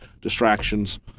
Distractions